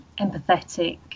empathetic